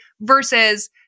Versus